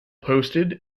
posted